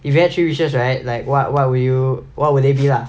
if you had three wishes right like what what would you what would they be lah